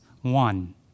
one